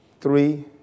three